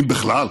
אם בכלל,